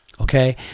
okay